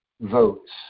votes